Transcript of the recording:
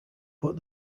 but